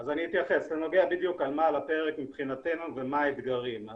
אני אתייחס זה נוגע במה על הפרק מבחינתנו ומה האתגרים.